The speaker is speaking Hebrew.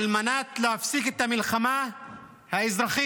על מנת להפסיק את המלחמה האזרחית,